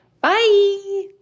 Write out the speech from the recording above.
Bye